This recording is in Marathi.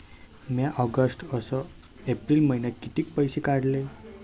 म्या ऑगस्ट अस एप्रिल मइन्यात कितीक पैसे काढले?